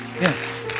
yes